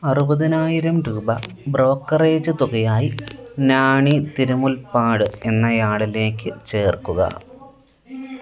അറുപതിനായിരം രൂപ ബ്രോക്കറേജ് തുകയായി നാണി തിരുമുൽ പാട് എന്നയാളിലേക്ക് ചേർക്കുക